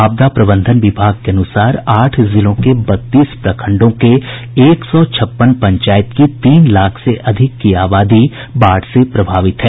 आपदा प्रबंधन विभाग के अनुसार आठ जिलों के बत्तीस प्रखंडों के एक सौ छप्पन पंचायत की तीन लाख से अधिक की आबादी बाढ़ से प्रभावित है